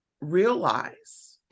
realize